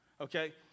okay